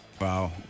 Wow